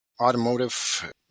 automotive